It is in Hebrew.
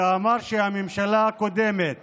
שאמר שהממשלה הקודמת